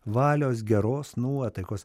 valios geros nuotaikos